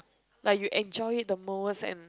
like you enjoy it the moment in